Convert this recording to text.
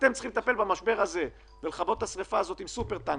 אתם צריכים לטפל במשבר הזה ולכבות את השריפה הזאת עם סופר טנקר.